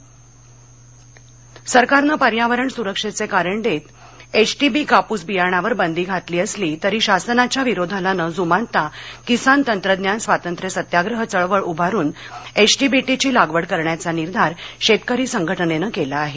HTBT Yavatmal सरकारने पर्यावरण सुरक्षेचे कारण देत एचटीबीटी कापूस बियाण्यावर बंदी घातली असली तरी शासनाच्या विरोधाला न जुमानता किसान तंत्रज्ञान स्वातंत्र्य सत्याप्रह चळवळ उभारून एचटीबीटी ची लागवड करण्याचा निर्धार शेतकरी संघटनेनं केला आहे